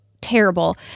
terrible